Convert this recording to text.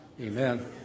Amen